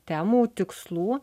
temų tikslų